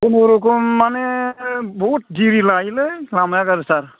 खुनुरुखुम माने बहुद दिरि लायोलै लामाया गाज्रिथार